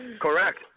Correct